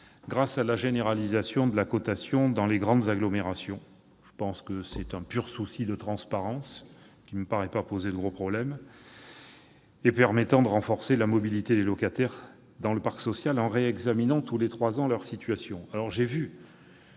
grâce à la généralisation de la cotation dans les grandes agglomérations, ce qui ne me paraît pas poser de gros problèmes, et de renforcer la mobilité des locataires dans le parc social en réexaminant tous les trois ans leur situation.